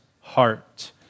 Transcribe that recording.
heart